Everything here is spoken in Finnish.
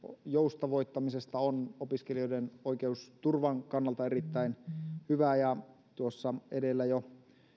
joustavoittamisesta on opiskelijoiden oikeusturvan kannalta erittäin hyvä edellä on jo